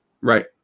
right